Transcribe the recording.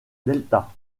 delta